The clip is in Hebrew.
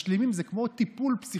שבה המדינה נותנת לבעלי ההון,